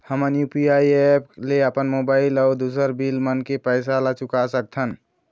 हमन UPI app ले अपन मोबाइल अऊ दूसर बिल मन के पैसा ला चुका सकथन